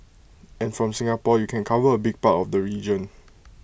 and from Singapore you can cover A big part of the region